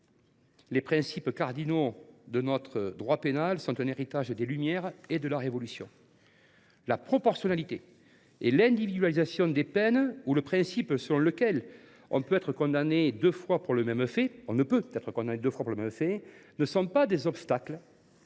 Les principes cardinaux de notre droit pénal sont un héritage des Lumières et de la Révolution. La proportionnalité et l’individualisation des peines, ou encore le principe selon lequel on ne peut être condamné deux fois pour le même fait ne sont pas des obstacles